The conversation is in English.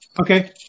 Okay